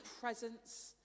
presence